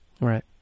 right